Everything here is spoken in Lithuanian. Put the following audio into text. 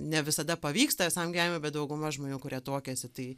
ne visada pavyksta visam gyvenimui bet dauguma žmonių kurie tuokiasi tai